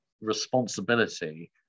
responsibility